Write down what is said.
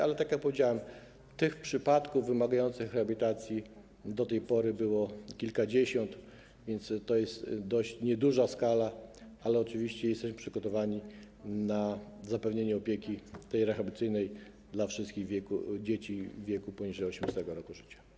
Ale tak jak powiedziałem, przypadków wymagających rehabilitacji do tej pory było kilkadziesiąt, więc to jest dość nieduża skala, ale oczywiście jesteśmy przygotowani na zapewnienie opieki rehabilitacyjnej wszystkim dzieciom w wieku poniżej 18. roku życia.